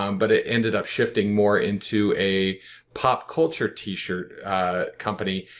um but it ended up shifting more into a pop culture t-shirt company.